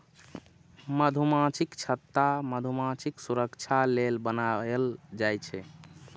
मधुमाछीक छत्ता मधुमाछीक सुरक्षा लेल बनाएल जाइ छै